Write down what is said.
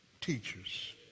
teachers